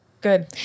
Good